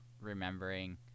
remembering